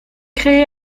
créé